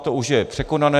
To už je překonané.